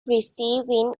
receiving